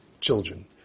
children